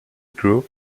group